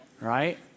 right